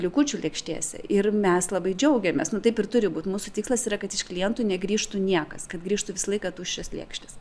likučių lėkštėse ir mes labai džiaugiamės nu taip ir turi būt mūsų tikslas yra kad iš klientų negrįžtų niekas kad grįžtų visą laiką tuščios lėkštės